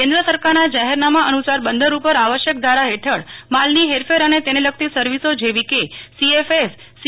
કેન્દ્ર સરકારના જાહેરનામા અનુસાર બંદર ઉપર આવશ્યક ધારા હેઠળ માલની હેરફેર અને તેને લગતી સવિસ જેવી કે સીએફએસ સી